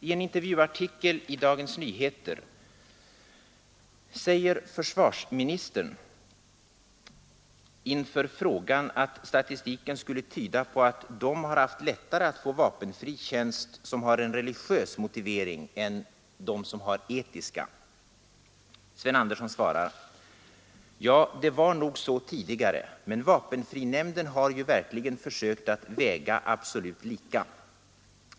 I en intervjuartikel i Dagens Nyheter säger försvarsministern inför påståendet att statistiken skulle tyda på att de som har en religiös motivering har haft lättare att få vapenfri tjänst än de som har etiska motiveringar: ”Ja, det var nog så tidigare. Men vapenfrinämnden har ju verkligen försökt att väga absolut lika.